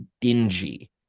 dingy